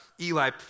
Eli